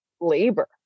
labor